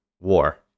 war